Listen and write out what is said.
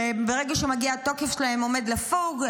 ברגע שהתוקף שלהם עומד לפוג,